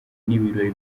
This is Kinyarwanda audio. n’ibirori